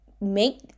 make